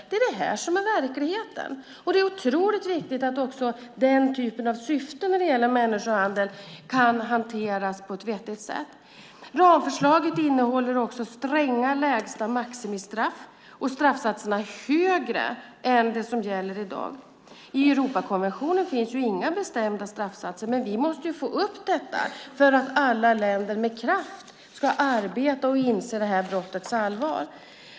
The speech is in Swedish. Det är detta som är verkligheten. Det är otroligt viktigt att också den typen av syften när det gäller människohandel kan hanteras på ett vettigt sätt. Ramförslaget innehåller också stränga lägsta maximistraff, och straffsatserna är högre än de som gäller i dag. I Europakonventionen finns inga bestämda straffsatser. Men vi måste få upp detta för att alla länder med kraft ska arbeta och inse detta brotts allvar.